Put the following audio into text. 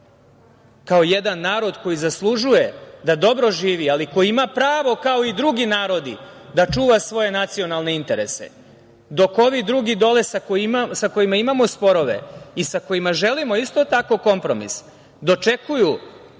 kao jedan narod koji zaslužuje da dobro živi, ali koji ima pravo, kao i drugi narodi, da čuva svoje nacionalne interese? Dok ovi drugi dole, sa kojima imamo sporove i sa kojima želimo isto tako kompromis, dočekuju